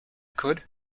could